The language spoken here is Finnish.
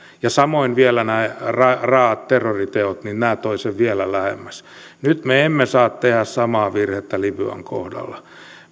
samoin nämä raaat raaat terroriteot toivat sen vielä lähemmäksi nyt me emme saa tehdä samaa virhettä libyan kohdalla